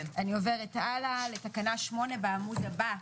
אני עוברת הלאה לתקנה 8 בעמוד הבא.